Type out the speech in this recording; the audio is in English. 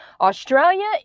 Australia